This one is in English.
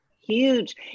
Huge